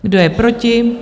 Kdo je proti?